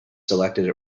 selected